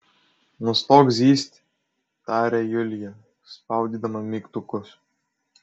nustok zyzti tarė julija spaudydama mygtukus